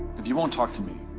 if you won't talk to me,